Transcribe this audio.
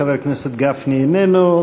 חבר הכנסת גפני, איננו.